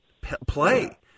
play